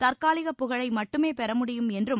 தற்காலிக புகழை மட்டுமே பெற முடியும் என்றும்